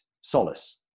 solace